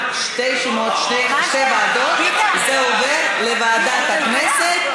צמצום מספר תאגידי המים והביוב),